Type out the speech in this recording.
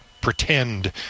pretend